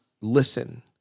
listen